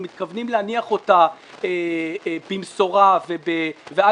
אנחנו מתכוונים להניח אותה במשורה ואגב,